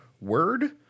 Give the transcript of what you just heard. word